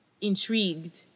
intrigued